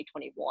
2021